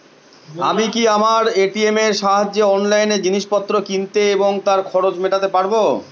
আমি কি আমার এ.টি.এম এর সাহায্যে অনলাইন জিনিসপত্র কিনতে এবং তার খরচ মেটাতে পারব?